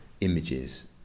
images